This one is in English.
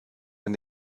and